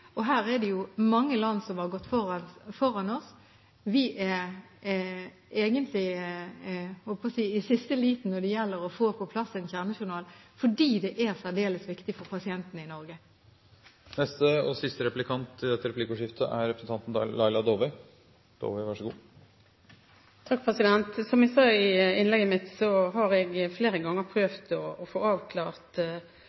riktig. Her er det mange land som har gått foran oss. Vi er egentlig ute i siste liten når det gjelder å få på plass en kjernejournal, som er særdeles viktig for pasientene i Norge. Som jeg sa i innlegget mitt, har jeg flere ganger